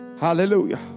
Hallelujah